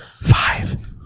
Five